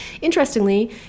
Interestingly